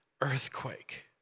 earthquake